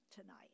tonight